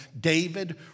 David